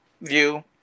view